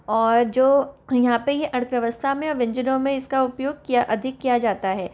और जो यहाँ पे ये अर्थव्यवस्था में व्यंजनों में इसका उपयोग किया अधिक किया जाता है